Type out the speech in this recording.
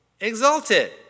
Exalted